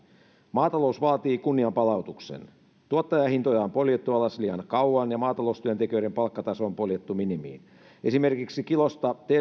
maatalous vaatii kunnianpalautuksen tuottajahintoja on poljettu alas liian kauan ja maataloustyöntekijöiden palkkataso on poljettu minimiin esimerkiksi kilosta